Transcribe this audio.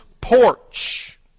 Porch